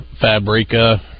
Fabrica